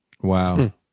Wow